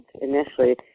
initially